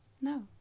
No